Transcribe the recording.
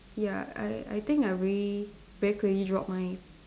ya I I think I very very crazy drop mine